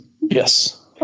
Yes